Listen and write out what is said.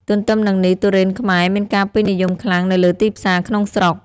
ទន្ទឹមនឹងនេះទុរេនខ្មែរមានការពេញនិយមខ្លាំងនៅលើទីផ្សារក្នុងស្រុក។